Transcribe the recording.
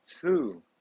two